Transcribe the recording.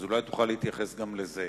אז אולי תוכל להתייחס גם לזה.